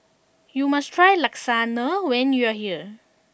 you must try Lasagna when you are here